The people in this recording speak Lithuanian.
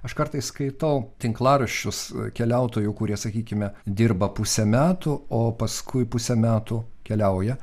aš kartais skaitau tinklaraščius keliautojų kurie sakykime dirba pusę metų o paskui pusę metų keliauja